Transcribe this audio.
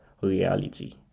reality